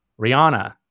Rihanna